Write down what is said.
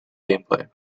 gameplay